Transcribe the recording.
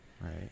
right